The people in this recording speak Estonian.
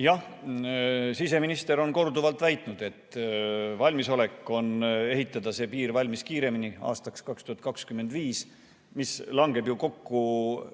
Jah, siseminister on korduvalt väitnud, et valmisolek on ehitada see piir valmis kiiremini, aastaks 2025. See langeb ju kokku